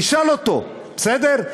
תשאל אותו, בסדר?